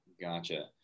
gotcha